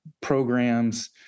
programs